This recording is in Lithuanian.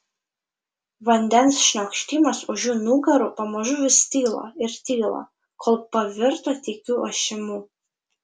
vandens šniokštimas už jų nugarų pamažu vis tilo ir tilo kol pavirto tykiu ošimu